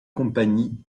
compagnie